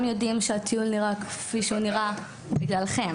יודעים שהטיול נראה כפי שהוא נראה בגללכם?